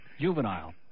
Juvenile